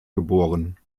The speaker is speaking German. geboren